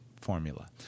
formula